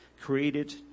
created